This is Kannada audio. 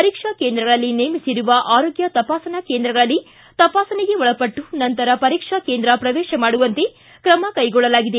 ಪರೀಕ್ಷಾ ಕೇಂದ್ರಗಳಲ್ಲಿ ನೇಮಿಸಿರುವ ಆರೋಗ್ಡ ತಪಾಸಣಾ ಕೇಂದ್ರಗಳಲ್ಲಿ ತಪಾಸಣೆಗೆ ಒಳಪಟ್ಲು ನಂತರ ಪರೀಕ್ಷಾ ಕೇಂದ್ರ ಪ್ರವೇಶ ಮಾಡುವಂತೆ ಕ್ರಮ ಕೈಗೊಳ್ಳಲಾಗಿದೆ